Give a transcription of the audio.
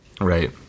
Right